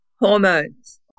Hormones